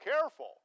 careful